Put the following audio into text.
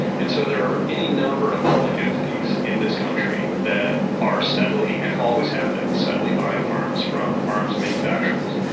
and so there are any number of public entities in this country that are steadily and always have been steadily buying arms from arms manufacturers.